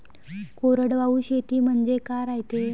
कोरडवाहू शेती म्हनजे का रायते?